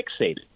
fixated